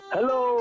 Hello